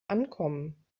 ankommen